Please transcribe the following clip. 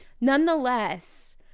nonetheless